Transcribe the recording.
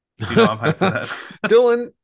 Dylan